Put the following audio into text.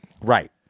Right